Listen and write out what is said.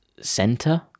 center